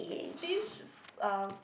stinge f~ uh